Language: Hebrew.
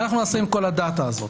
מה נעשה עם כל הדאטה הזו?